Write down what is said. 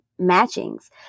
matchings